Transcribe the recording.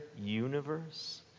universe